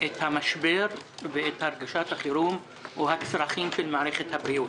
את המשבר ואת הרגשת החירום או הצרכים של מערכת הבריאות.